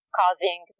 causing